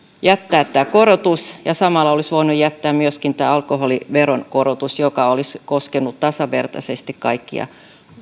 jättää tämä korotus ja samalla olisi voinut jättää tämän alkoholiveron korotuksen mikä olisi koskenut tasavertaisesti kaikkia